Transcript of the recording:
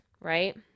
Right